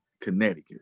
Connecticut